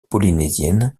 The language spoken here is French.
polynésiennes